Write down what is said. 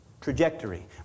trajectory